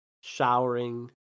Showering